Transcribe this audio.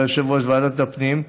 שהיה יושב-ראש ועדת הפנים,